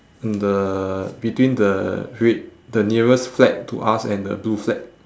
in the between the red the nearest flag to us and the blue flag